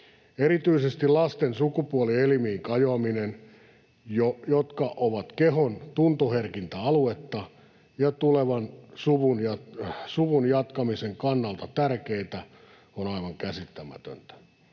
Erityisesti lasten sukupuolielimiin kajoaminen, kun nämä ovat kehon tuntoherkintä aluetta ja tulevan suvunjatkamisen kannalta tärkeitä, on aivan käsittämätöntä.